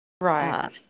Right